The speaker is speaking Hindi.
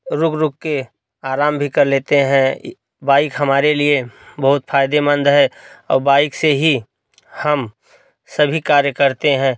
रुक रुक कर आराम भी कर लेते हैं बाइक हमारे लिए बहुत फ़ायदेमंद है और बाइक से ही हम सभी कार्य करते हैं